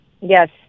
Yes